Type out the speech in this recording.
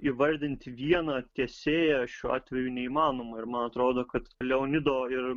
įvardinti vieną teisėją šiuo atveju neįmanoma ir man atrodo kad leonido ir